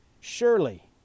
Surely